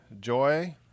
joy